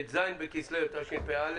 ט"ז בכסלו התשפ"א.